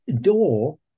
door